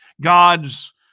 God's